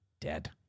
dead